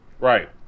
Right